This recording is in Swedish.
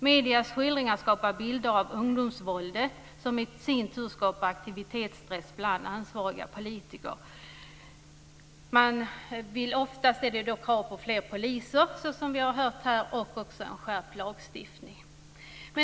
Mediernas skildringar skapar bilder av ungdomsvåldet som i sin tur skapar aktivitetspress bland ansvariga politiker. Oftast är det krav på fler poliser, som vi har hört här, och också en skärpt lagstiftning.